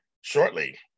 shortly